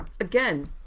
again